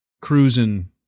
cruising